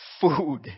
food